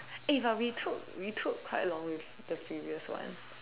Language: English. eh but we took we took quite long with the previous one